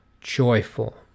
joyful